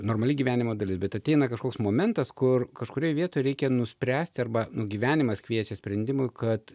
normali gyvenimo dalis bet ateina kažkoks momentas kur kažkurioj vietoj reikia nuspręsti arba nu gyvenimas kviečia sprendimui kad